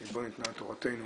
שבו ניתנה תורתנו,